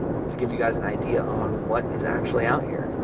to give you guys an idea on what is actually out here.